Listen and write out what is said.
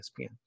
ESPN